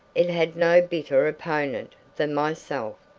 it had no bitterer opponent than myself!